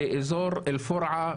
באזור אל פורעה,